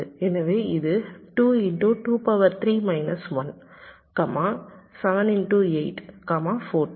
எனவே இது 14